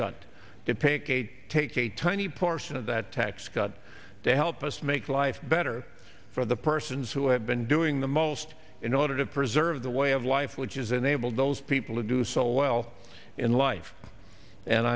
cade take a tiny portion of that tax cut to help us make life better for the persons who have been doing the most in order to preserve the way of life which is enable those people to do so well in life and